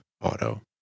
auto